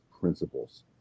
principles